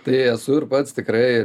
tai esu ir pats tikrai